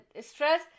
stress